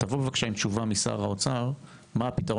תבוא בבקשה עם תשובה משר האוצר מה הפתרון